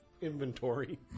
inventory